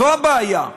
זו הבעיה.